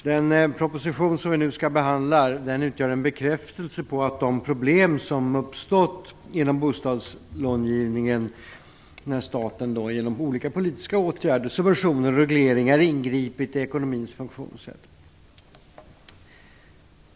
Herr talman! Den proposition som vi nu skall behandla utgör en bekräftelse på att problem har uppstått inom bostadslångivningen när staten genom olika politiska åtgärder, subventioner och regleringar, har ingripit i ekonomins funktionssätt.